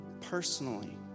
personally